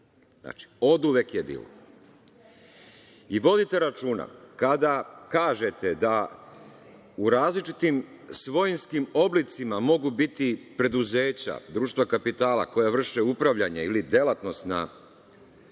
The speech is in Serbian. Znači, oduvek je bilo. Vodite računa kada kažete da u različitim svojinskim oblicima mogu biti preduzeća, društva kapitala koja vrše upravljanje ili delatnost na